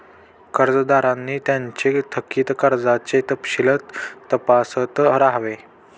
कर्जदारांनी त्यांचे थकित कर्जाचे तपशील तपासत राहावे